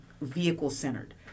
vehicle-centered